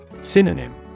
Synonym